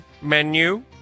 menu